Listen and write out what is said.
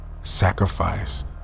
sacrifice